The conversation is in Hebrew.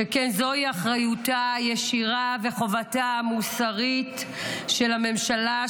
שכן זוהי אחריותה הישירה וחובתה המוסרית של הממשלה,